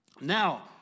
Now